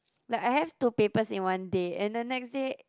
like I have two papers in one day and the next day